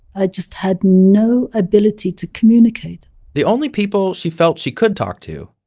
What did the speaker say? i just had no ability to communicate the only people she felt she could talk to,